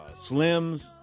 Slim's